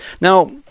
Now